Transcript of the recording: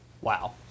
Wow